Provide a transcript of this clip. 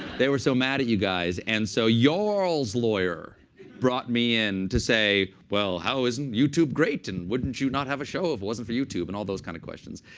they were so mad at you guys. and so your all's lawyer brought me in to say, well, how isn't youtube great? and wouldn't you not have a show if it wasn't for youtube? and all those kind of questions.